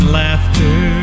laughter